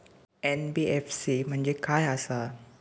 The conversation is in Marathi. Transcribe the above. एन.बी.एफ.सी म्हणजे खाय आसत?